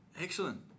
Excellent